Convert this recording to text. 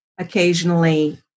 occasionally